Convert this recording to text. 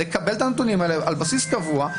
לקבל את הנתונים האלה על בסיס קבוע,